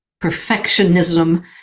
perfectionism